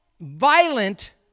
violent